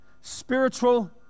spiritual